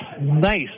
Nice